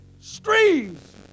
streams